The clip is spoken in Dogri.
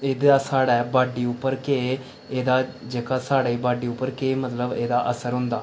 एहदा साढ़ै बाडी उप्पर केह् एहदा जेह्का साढ़ी बाडी उप्पर केह् मतलब एह्दा असर होंदा